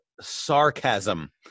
sarcasm